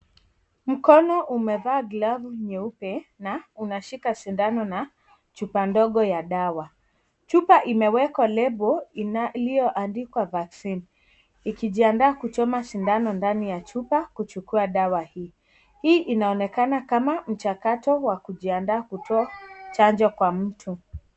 Mkono umevaa glavu nyeupe na unashika sindano na chupa ndogo ya dawa. Chupa imewekwa lebo iliyoandikwa Vaccine , ikijiandaa kuchoma sindano ndani ya chupa kuchukua dawa hii. Hii inaonekana kama mchakato wa kujiandaa kutoa chanjo kwa mtu.